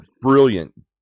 brilliant